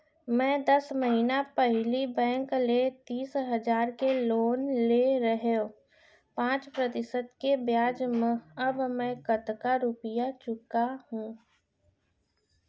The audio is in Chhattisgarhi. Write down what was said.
मैं दस महिना पहिली बैंक ले तीस हजार के लोन ले रहेंव पाँच प्रतिशत के ब्याज म अब मैं कतका रुपिया चुका हूँ?